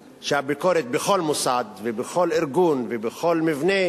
בכל מוסד ובכל ארגון ובכל מבנה היא